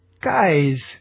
Guys